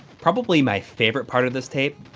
probably my favorite part of this tape,